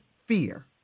Fear